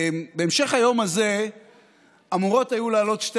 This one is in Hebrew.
בהמשך היום הזה אמורות היו לעלות שתי